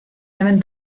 deben